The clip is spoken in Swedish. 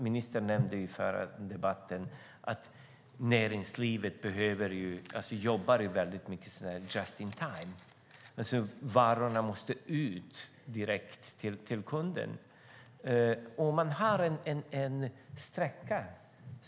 Ministern nämnde i förra debatten att näringslivet jobbar väldigt mycket just-in-time. Varorna måste ut direkt till kunden.